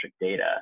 data